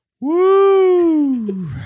Woo